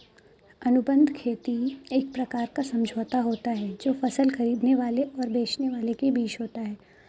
अनुबंध खेती एक प्रकार का समझौता होता है जो फसल खरीदने वाले और बेचने वाले के बीच होता है